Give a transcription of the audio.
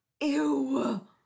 Ew